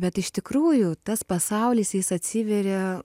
bet iš tikrųjų tas pasaulis jis atsiveria